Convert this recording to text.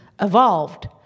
evolved